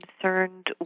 concerned